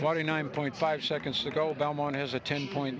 bloody nine point five seconds ago belmont has a ten point